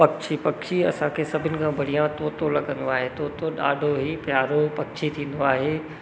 पक्षी पक्षी असां खे सभिनि खां बढ़िया तोतो लॻंदो आहे तोतो ॾाढो ई प्यारो पक्षी थींदो आहे